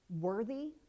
worthy